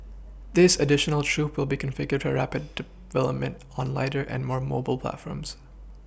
this additional troop will be configured for rapid development on lighter and more mobile platforms